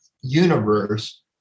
universe